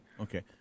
Okay